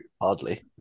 Hardly